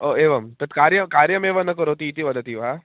ओ एवं तत् कार्यं कार्यमेव न करोति इति वदति वा